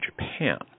Japan